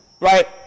right